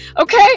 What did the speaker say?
Okay